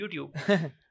YouTube